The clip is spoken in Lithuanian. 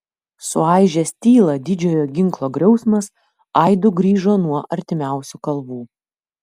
suaižęs tylą didžiojo ginklo griausmas aidu grįžo nuo artimiausių kalvų